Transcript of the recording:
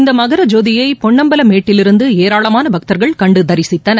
இந்த மகர ஜோதியை பொன்னம்பல மேட்டிலிருந்து ஏராளமான பக்தர்கள் கண்டு தரிசித்தனர்